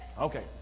Okay